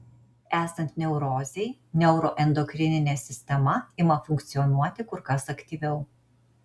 esant neurozei neuroendokrininė sistema ima funkcionuoti kur kas aktyviau